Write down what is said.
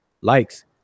likes